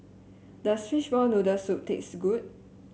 does Fishball Noodle Soup taste good